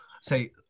say